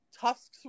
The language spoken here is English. tusks